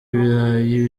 ibirayi